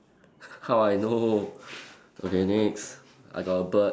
how I know okay next I got a bird